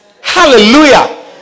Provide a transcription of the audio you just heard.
Hallelujah